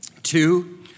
Two